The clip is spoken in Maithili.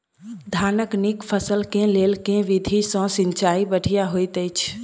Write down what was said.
धानक नीक फसल केँ लेल केँ विधि सँ सिंचाई बढ़िया होइत अछि?